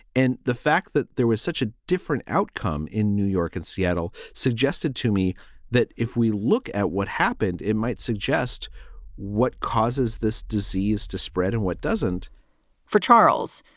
and the fact that there was such a different outcome in new york and seattle suggested to me that if we look at what happened, it might suggest what causes this disease to spread and what doesn't for charles,